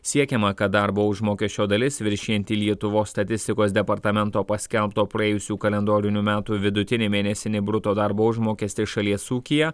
siekiama kad darbo užmokesčio dalis viršijanti lietuvos statistikos departamento paskelbto praėjusių kalendorinių metų vidutinį mėnesinį bruto darbo užmokestį šalies ūkyje